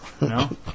No